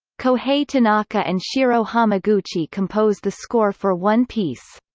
kohei tanaka and shiro hamaguchi composed the score for one piece.